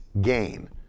gain